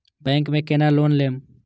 Bank में केना loan लेम?